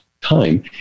time